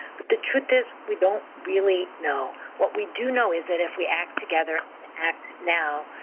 but the truth is, we don't really know. what we do know is that if we act together and act now,